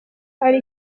ari